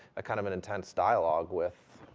a kind of and intense dialogue with,